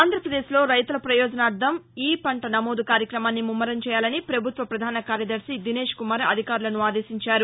ఆంధ్రప్రదేశ్లో రైతుల పయోజనార్లం ఈ పంట నమోదు కార్యక్రమాన్ని ముమ్మరం చేయాలని పభుత్వ ప్రపధాన కార్యదర్శి దినేష్ కుమార్ అధికారులను ఆదేశించారు